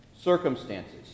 circumstances